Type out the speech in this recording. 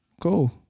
Cool